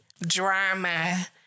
drama